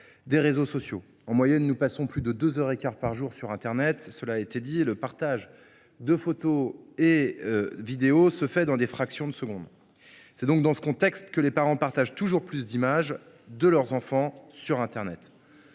des réseaux sociaux. En moyenne, nous passons plus de deux heures et quart par jour sur internet et le partage de photos et de vidéos se fait en une fraction de seconde. Dans ce contexte, les parents partagent toujours plus d’images de leurs enfants sur la Toile.